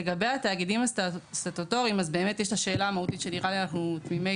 לגבי התאגידים הסטטוטוריים יש שאלה מהותית שנראה לי אנחנו תמימי